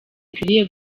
zikwiriye